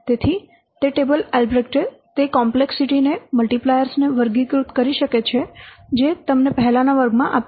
તેથી તે ટેબલ આલ્બ્રેક્ટે તે કોમ્પ્લેક્સિટી ને મલ્ટીપ્લાયર્સ ને વર્ગીકૃત કરી શકે છે જે તમને પહેલાના વર્ગમાં આપ્યા છે